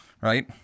right